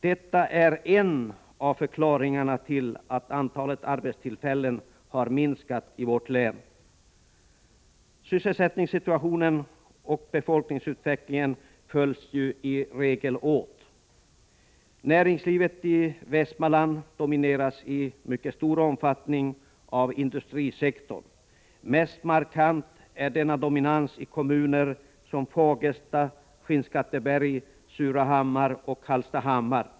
Detta är en av förklaringarna till att antalet arbetstillfällen har minskat i vårt län. Sysselsättningssituationen och befolkningsutvecklingen följs i regel åt. Näringslivet i Västmanland domineras i mycket stor omfattning av industrisektorn. Mest markant är denna dominans i kommuner som Fagersta, Skinnskatteberg, Surahammar och Hallstahammar.